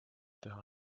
teha